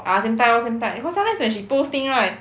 ah same type lor same type cause sometimes when she post thing right